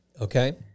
Okay